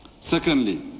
Secondly